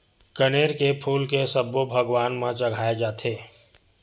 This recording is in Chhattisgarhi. कनेर के फूल के सब्बो भगवान म चघाय जाथे